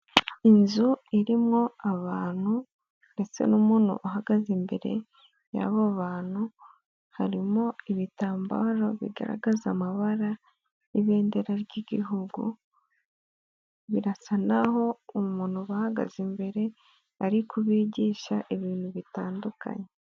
Inzu irimo abantu ndetse n'umuntu uhagaze imbere y'abo abantu, harimo ibitambaro bigaragaza amabara y'ibendera ry'Igihugu, birasa n'aho umuntu uhagaze imbere arikubigisha ibintu bitandukanye.